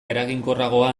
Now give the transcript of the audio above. eraginkorragoa